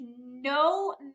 no